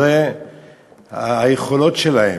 אלה היכולות שלהם.